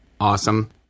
awesome